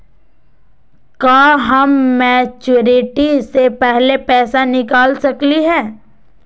का हम मैच्योरिटी से पहले पैसा निकाल सकली हई?